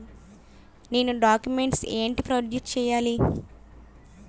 నేను డాక్యుమెంట్స్ ఏంటి ప్రొడ్యూస్ చెయ్యాలి?